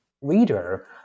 reader